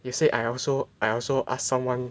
you say I also I also ask someone